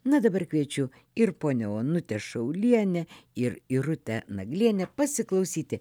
na dabar kviečiu ir ponią onutę šaulienę ir irutę naglienę pasiklausyti